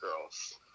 girls